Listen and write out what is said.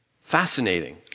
Fascinating